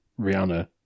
Rihanna